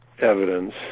evidence